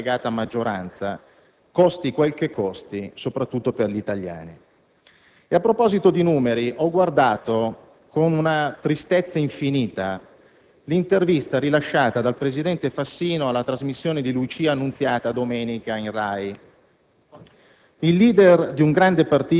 è far quadrare i conti all'interno della sua variegata maggioranza, costi quel che costi, soprattutto per gli italiani. A proposito di numeri, domenica ho guardato con una tristezza infinita l'intervista rilasciata dal presidente Fassino alla trasmissione di Lucia Annunziata in RAI.